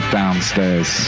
downstairs